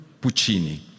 Puccini